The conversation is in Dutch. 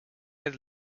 het